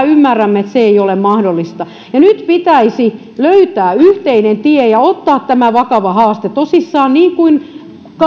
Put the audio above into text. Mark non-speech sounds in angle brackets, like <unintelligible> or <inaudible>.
<unintelligible> ymmärrämme että se ei ole mahdollista nyt pitäisi löytää yhteinen tie ja ottaa tämä vakava haaste tosissaan niin kuin